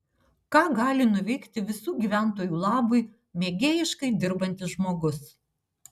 ką gali nuveikti visų gyventojų labui mėgėjiškai dirbantis žmogus